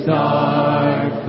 dark